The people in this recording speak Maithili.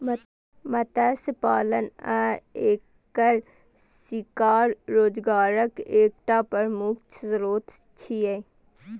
मत्स्य पालन आ एकर शिकार रोजगारक एकटा प्रमुख स्रोत छियै